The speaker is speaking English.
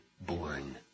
born